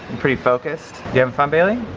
pretty focused? you having fun, bailey?